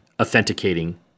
authenticating